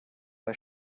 bei